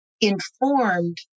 informed